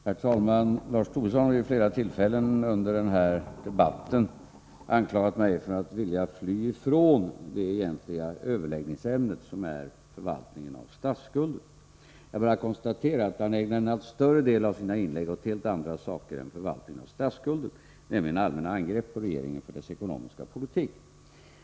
Herr talman! Lars Tobisson har vid flera tillfällen under den här debatten anklagat mig för att vilja fly från det egentliga överläggningsämnet, som är förvaltningen av statsskulden. Jag bara konstaterar att han ägnar en allt större del av sina inlägg åt helt andra saker än förvaltningen av statsskulden, nämligen åt allmänna angrepp på regeringen för dess ekonomiska politik.